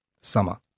summer